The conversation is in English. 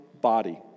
body